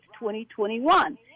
2021